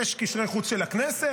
יש קשרי חוץ של הכנסת,